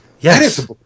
Yes